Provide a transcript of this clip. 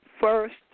first